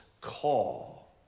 call